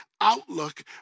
outlook